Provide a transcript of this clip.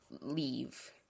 leave